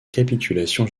capitulation